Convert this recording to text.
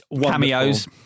cameos